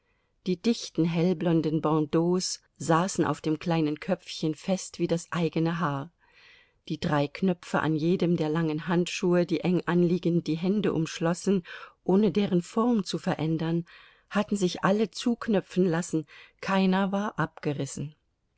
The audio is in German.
die dichten hellblonden bandeaus saßen auf dem kleinen köpfchen fest wie das eigene haar die drei knöpfe an jedem der langen handschuhe die eng anliegend die hände umschlossen ohne deren form zu verändern hatten sich alle zuknöpfen lassen keiner war abgerissen